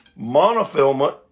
monofilament